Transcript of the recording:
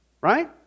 Right